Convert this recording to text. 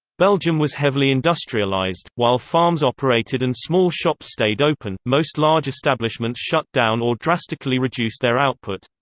belgium was heavily industrialized while farms operated and small shops stayed open, most large establishments shut down or drastically reduced their output.